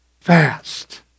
fast